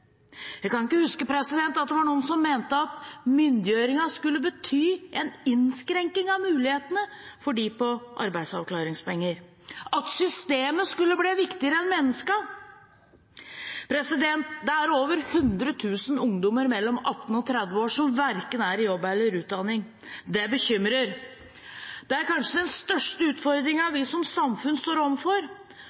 Jeg kan ikke huske at det var noen som mente at myndiggjøringen skulle bety en innskrenkning av mulighetene for dem på arbeidsavklaringspenger, at systemet skulle bli viktigere enn menneskene. Det er over 100 000 ungdommer mellom 18 og 30 år som verken er i jobb eller utdanning. Det bekymrer. Det er kanskje den største utfordringen vi som samfunn står